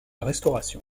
restauration